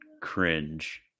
cringe